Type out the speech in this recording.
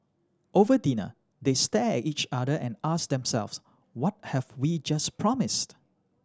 over dinner they stared at each other and asked themselves what have we just promised